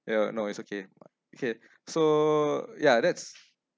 ya no it's okay okay so ya that's